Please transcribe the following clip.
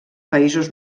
països